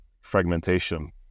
fragmentation